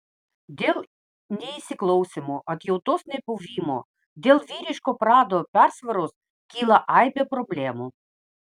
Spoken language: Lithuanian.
dėl neįsiklausymo atjautos nebuvimo dėl vyriško prado persvaros kyla aibė problemų